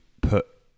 put